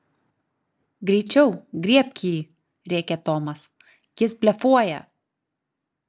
greičiau griebk jį rėkė tomas jis blefuoja